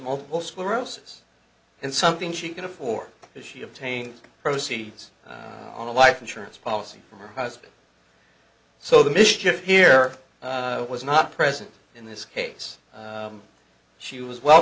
multiple sclerosis and something she can afford because she obtained proceeds on a life insurance policy from her husband so the mischief here was not present in this case she was well